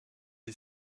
est